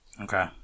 Okay